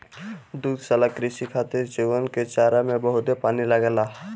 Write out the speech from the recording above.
दुग्धशाला कृषि खातिर चउवन के चारा में बहुते पानी लागेला